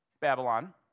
Babylon